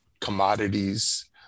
commodities